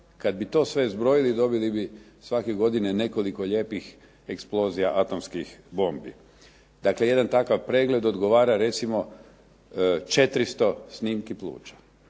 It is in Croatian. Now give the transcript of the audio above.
Kada bi to sve zbrojili dobili bi svake godine nekoliko lijepih eksplozija atomskih bombi. Dakle, jedan takav pregled odgovara recimo 400 snimki pluća.